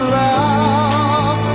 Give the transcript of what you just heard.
love